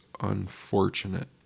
unfortunate